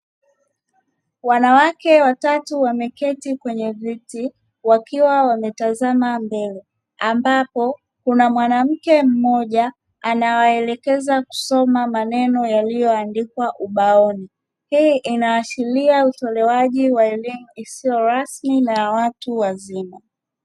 Wanawake watatu wameketi kwenye viti wakiwa wanatazama mbele, ambapo kuna mwanamke mmoja anawaekekeza kusoma maneno yaliyo andikwa ubaoni hii inaashiria utolewaji wa elimu isiyo rasmi na ya watu wazima.